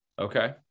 Okay